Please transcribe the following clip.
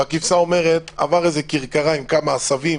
והכבשה אומרת: עברה איזה כרכרה עם כמה עשבים,